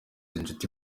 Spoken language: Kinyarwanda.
inshuti